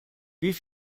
wie